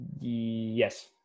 yes